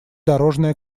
дорожная